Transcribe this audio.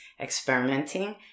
experimenting